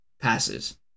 passes